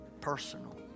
personal